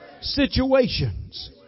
situations